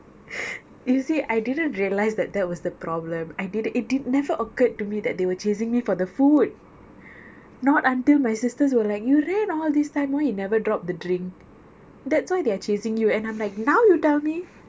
you see I didn't realise that that was the problem I didn't it it never occurred to me that they were chasing me for the food not until my sisters were like you ran this time why you never drop the drink that's why they're chasing you and I'm like now you tell me